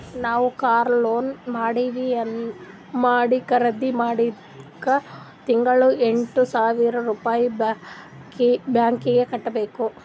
ನಾವ್ car loan ಮಾಡಿ ಖರ್ದಿ ಮಾಡಿದ್ದುಕ್ ತಿಂಗಳಾ ಎಂಟ್ ಸಾವಿರ್ ರುಪಾಯಿ ಬ್ಯಾಂಕೀಗಿ ಕಟ್ಟಬೇಕ್